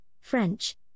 French